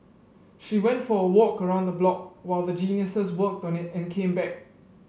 she went for a walk around the block while the Geniuses worked it and came back